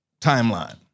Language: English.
timeline